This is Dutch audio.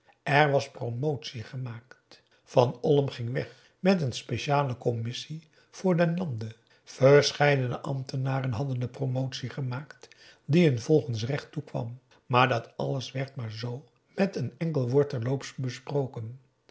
er was promotie gemaakt van olm ging weg met een speciale commissie voor den lande verscheidene ambtenaren hadden de promotie gemaakt die hun volgens recht toekwam maar dat alles werd maar zoo met een enkel woord terloops besproken